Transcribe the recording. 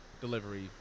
delivery